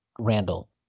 Randall